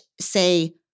say